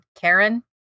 Karen